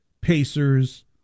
Pacers